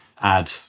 add